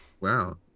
wow